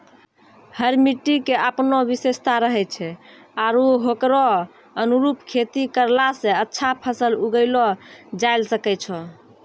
हर मिट्टी के आपनो विशेषता रहै छै आरो होकरो अनुरूप खेती करला स अच्छा फसल उगैलो जायलॅ सकै छो